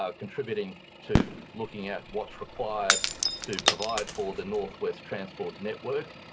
ah contributing to looking at what's required to provide for the north west transport network.